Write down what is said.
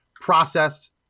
processed